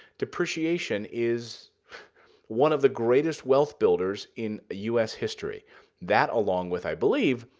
depreciation is one of the greatest wealth builders in us history that along with, i believe,